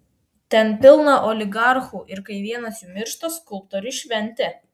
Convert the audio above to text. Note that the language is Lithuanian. ten pilna oligarchų ir kai vienas jų miršta skulptoriui šventė